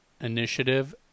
initiative